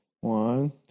One